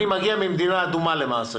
אני מגיע ממדינה אדומה למעשה